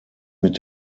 mit